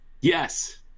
Yes